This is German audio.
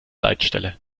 leitstelle